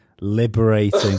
liberating